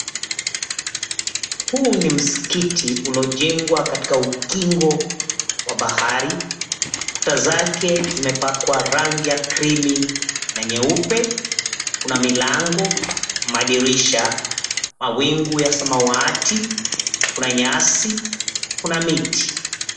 Huu ni msikiti uliojengwa katika ukingo wa bahari. Kuta zake zimepakwa rangi ya cream na nyeupe, kuna milango, madirisha, mawingu ya samawati, kuna nyasi, kuna miti.